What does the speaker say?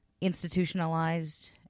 institutionalized